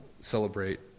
celebrate